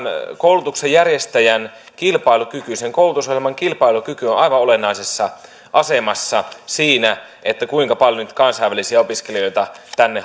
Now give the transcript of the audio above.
koulutuksen järjestäjän kilpailukyky sen koulutusohjelman kilpailukyky on on aivan olennaisessa asemassa siinä kuinka paljon niitä kansainvälisiä opiskelijoita tänne